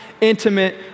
intimate